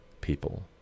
people